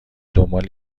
دنبال